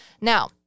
Now